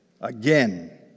Again